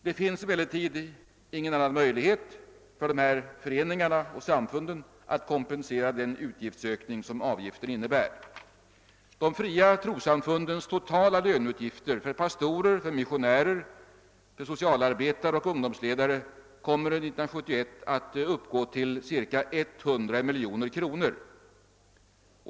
Det finns emellertid ingen annan möjlighet för de här föreningarna och samfunden att kompensera den utgiftsökning som avgiftshöjningen innebär. De fria trossamfundens totala löneutgifter för pastorer, missionärer, socialarbetare och ungdomsledare kommer under 1971 att uppgå till ca 100 miljoner kronor.